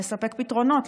לספק פתרונות,